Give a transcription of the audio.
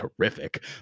terrific